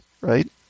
right